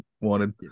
wanted